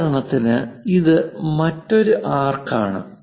ഉദാഹരണത്തിന് ഇത് മറ്റൊരു ആർക്ക് ആണ്